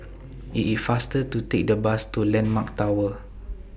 IT IS faster to Take The Bus to Landmark Tower